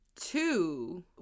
two